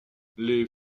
les